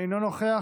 אינו נוכח.